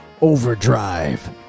overdrive